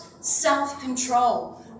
self-control